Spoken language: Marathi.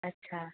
अच्छा